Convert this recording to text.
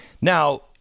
now